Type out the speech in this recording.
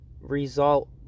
result